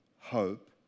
hope